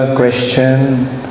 question